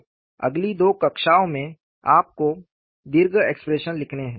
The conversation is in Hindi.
अगली दो कक्षाओं में आपको दीर्घ एक्सप्रेशन्स लिखने हैं